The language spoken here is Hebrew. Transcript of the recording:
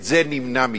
את זה נמנע מכם.